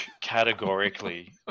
categorically